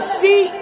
see